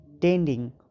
tending